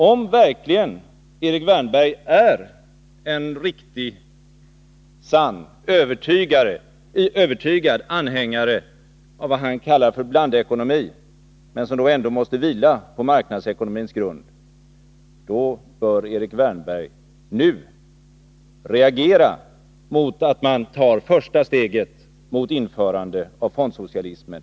Om herr Wärnberg verkligen är en riktig, en övertygad anhängare av vad han kallar blandekonomi, vilken ändå måste vila på marknadsekonomins grund, bör han nu reagera mot att första steget tas när det gäller ett införande av fondsocialismen.